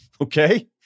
Okay